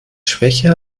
schwäche